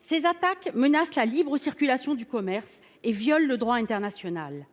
Ces attaques menacent la libre circulation du commerce et violent le droit international.